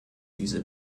diese